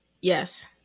Yes